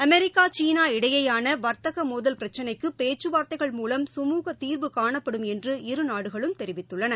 America சீனா இடையேயானவர்த்தகமோதல் பிரச்சினைக்குபேச்சுவார்த்தைகள் மூலம் சுமூக தீர்வுகாணப்படும் என்று இரு நாடுகளும் தெரிவித்துள்ளன